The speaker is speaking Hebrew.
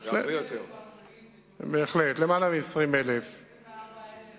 יש 30,000 הרוגים